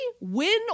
Win